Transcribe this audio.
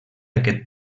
aquest